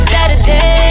Saturday